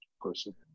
person